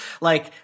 Like-